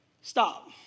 Stop